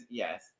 yes